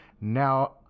Now